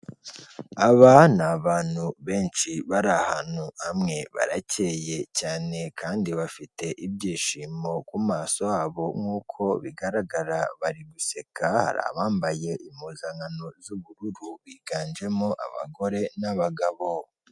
Aba ni abantu benshi bari ahantu hamwe, baracye cyane kandi bafite ibyishimo ku maso habo nk'uko bigaragara, bari guseka hari abambaye impuzankano z'ubururu, higanjemo abagore n'abagabo.